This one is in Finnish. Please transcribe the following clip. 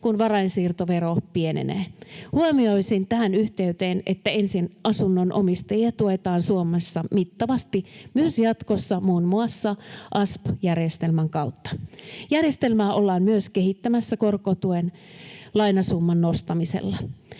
kun varainsiirtovero pienenee. Huomioisin kuitenkin tähän yhteyteen, että ensiasunnon omistajia tuetaan Suomessa mittavasti myös jatkossa muun muassa asp-järjestelmän kautta. Järjestelmää ollaan myös kehittämässä korkotuen lainasumman nostamisella